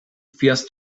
fährst